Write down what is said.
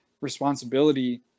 responsibility